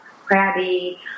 crabby